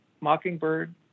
mockingbird